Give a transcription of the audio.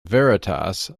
veritas